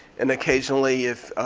and occasionally, if